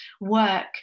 work